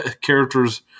characters